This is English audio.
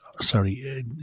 sorry